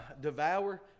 devour